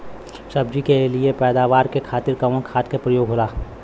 सब्जी के लिए पैदावार के खातिर कवन खाद के प्रयोग होला?